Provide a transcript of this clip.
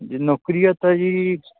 ਜੋ ਨੌਕਰੀਆਂ ਤਾਂ ਜੀ